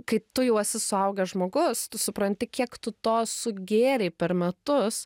kai tu jau esi suaugęs žmogus tu supranti kiek tu to sugėrei per metus